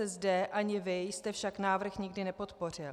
ČSSD ani vy jste však návrh nikdy nepodpořil.